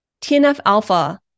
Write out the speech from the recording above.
TNF-alpha